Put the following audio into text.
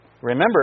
Remember